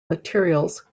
materials